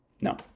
No